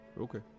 Okay